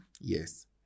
Yes